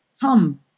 come